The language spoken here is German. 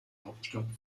hauptstadt